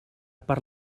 per